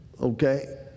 Okay